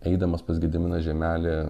eidamas pas gediminą žiemelį